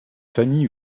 famille